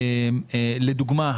לדוגמה,